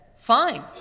Fine